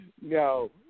No